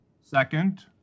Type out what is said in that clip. Second